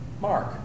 Mark